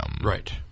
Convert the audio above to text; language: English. Right